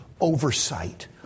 oversight